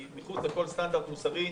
היא מחוץ לכל סטנדרט מוסרי,